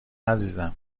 عزیزم